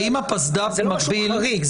זה לא משהו חריג,